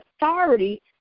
authority